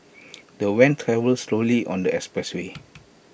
the van travelled slowly on the expressway